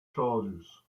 charges